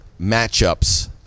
matchups